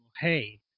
hey